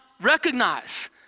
recognize